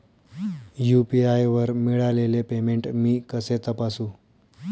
UPI वर मिळालेले payment मी कसे तपासू?